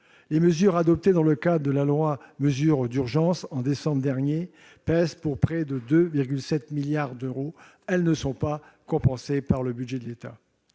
les mesures adoptées dans le cadre de la loi Mesures d'urgence, en décembre dernier, pèsent pour près de 2,7 milliards d'euros et ne sont pas compensées par le budget de l'État.